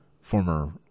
former